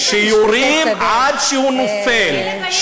שיורים עד שהוא נופל.